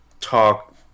talk